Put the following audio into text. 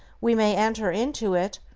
we may enter into it,